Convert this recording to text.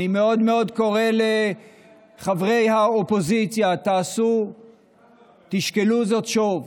אני קורא לחברי האופוזיציה: תשקלו זאת שוב.